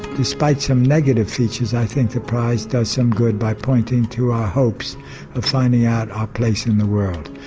despite some negative features i think the prize does some good by pointing to our hopes of finding out our place in the world.